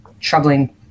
troubling